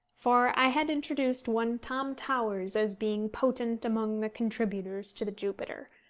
for i had introduced one tom towers as being potent among the contributors to the jupiter,